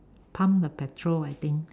pump the petrol I think